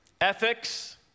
ethics